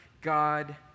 God